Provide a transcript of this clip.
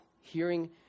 hearing